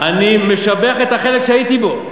אני משבח את החלק שהייתי בו.